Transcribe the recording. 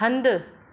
हंधु